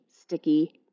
sticky